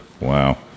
Wow